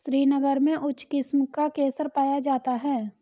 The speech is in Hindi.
श्रीनगर में उच्च किस्म का केसर पाया जाता है